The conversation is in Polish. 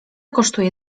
kosztuje